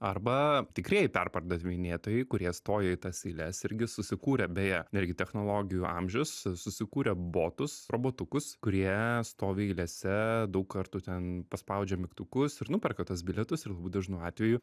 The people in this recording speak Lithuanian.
arba tikrieji perpardavinėtojai kurie stoja į tas eiles irgi susikūrė beje irgi technologijų amžius susikūrė botus robotukus kurie stovi eilėse daug kartų ten paspaudžia mygtukus ir nuperka tuos bilietus ir labai dažnu atveju